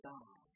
God